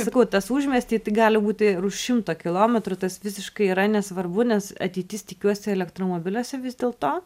sakau tas užmiesty gali būti ir už šimto kilometrų tas visiškai yra nesvarbu nes ateitis tikiuosi elektromobiliuose vis dėlto